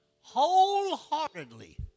wholeheartedly